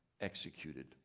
executed